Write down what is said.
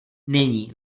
není